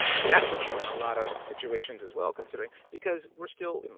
and that puts you in a lot of situations as well considering, because we're still.